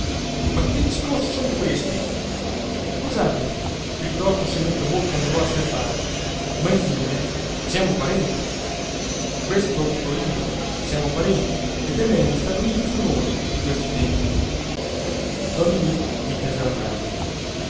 ma che discorsi son questi scusatemi piuttosto se metto bocca nei vostri affari ma infine siamo parenti questo dico io siamo parenti ed è meglio stare uniti fra di noi di questi tempi don ninì gli stese la mano